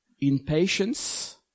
impatience